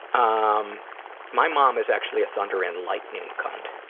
um my mom is actually a thunder and lightning cunt.